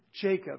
Jacob